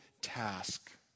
task